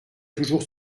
toujours